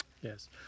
Yes